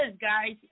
guys